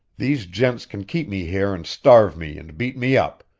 these gents can keep me here and starve me and beat me up,